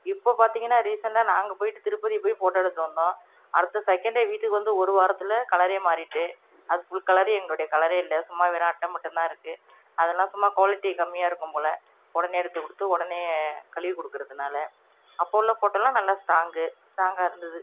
இப்போ பார்த்திங்கன்னா ரீசண்டாக நாங்கள் போயிட்டு திருப்பதி போய் ஃபோட்டோ எடுத்துகிட்டு வந்தோம் அடுத்த சகேண்டு வீட்டுக்கு வந்து ஒரு வாரத்தில் கலர் மாறிகிட்டு அது ஃபுல் கலரு எங்களோடய கலர் இல்லை சும்மா அட்டை மட்டுந்தான் இருக்குது அதெல்லாம் சும்மா குவாலிட்டி கம்மியாக இருக்கும் போல உடனே எடுத்து கொடுத்து உடனே கழுவி கொடுக்குறதுனால அப்போ உள்ள ஃபோட்டோலானம் நல்ல ஸ்டாங்கு ஸ்டாங்காக இருந்துது